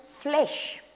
flesh